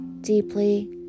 deeply